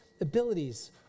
abilities